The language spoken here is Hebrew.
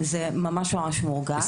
זה ממש ממש מורגש.